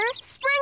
Spring